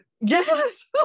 Yes